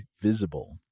Visible